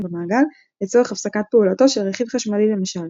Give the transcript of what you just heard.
במעגל לצורך הפסקת פעולתו של רכיב חשמלי למשל.